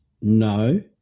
no